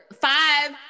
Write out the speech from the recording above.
five